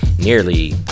Nearly